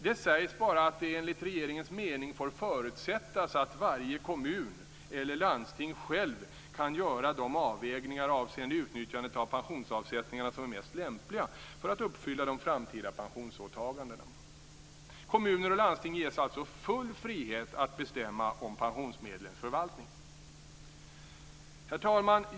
Det sägs bara att det enligt regeringens mening får förutsättas att varje kommun eller landsting själv kan göra de avvägningar avseende utnyttjandet av pensionsavsättningarna som är mest lämpliga för att uppfylla de framtida pensionsåtagandena. Kommuner och landsting ges alltså full frihet att bestämma om pensionsmedlens förvaltning. Herr talman!